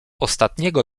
ostatniego